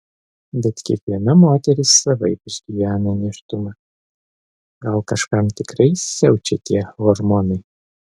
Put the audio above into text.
bet kiekviena moteris savaip išgyvena nėštumą gal kažkam tikrai siaučia tie hormonai